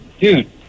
dude